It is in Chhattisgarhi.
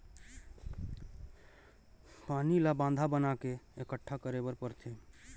पानी ल बांधा बना के एकटठा करे बर परथे